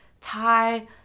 thai